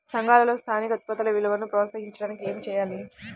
సంఘాలలో స్థానిక ఉత్పత్తుల విలువను ప్రోత్సహించడానికి ఏమి చేయాలి?